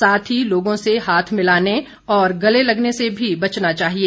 साथ ही लोगों से हाथ मिलाने और गले लगने से भी बचना चाहिए